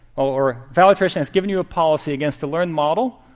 or value iteration has given you a policy against a learned model,